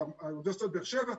באוניברסיטת באר שבע,